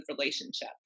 relationship